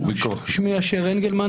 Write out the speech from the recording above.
שמי אשר אנגלמן,